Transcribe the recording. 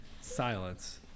silence